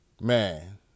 man